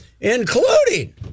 including